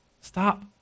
Stop